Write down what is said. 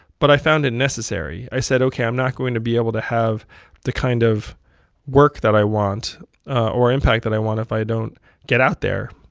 but i found it necessary. i said, ok i'm not going to be able to have the kind of work that i want or impact that i want if i don't get out there.